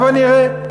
הבה נראה.